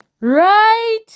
right